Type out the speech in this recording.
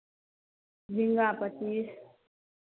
झिङ्गा पच्चीस